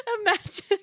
imagine